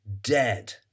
dead